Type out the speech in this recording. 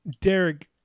Derek